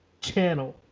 channel